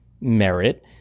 merit